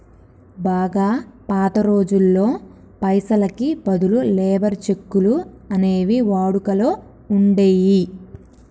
బాగా పాత రోజుల్లో పైసలకి బదులు లేబర్ చెక్కులు అనేవి వాడుకలో ఉండేయ్యి